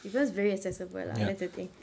it becomes very accessible uh that's the thing